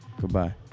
Goodbye